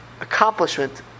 accomplishment